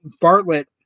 Bartlett